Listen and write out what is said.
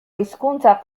hizkuntza